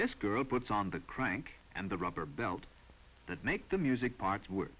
this girl puts on the crank and the rubber belt that make the music parts w